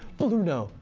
blueno,